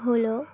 হলো